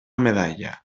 medalla